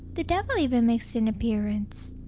the devil even makes an appearance!